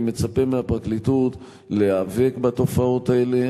אני מצפה מהפרקליטות להיאבק בתופעות האלה,